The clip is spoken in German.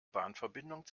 bahnverbindung